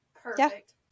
Perfect